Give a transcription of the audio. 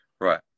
Right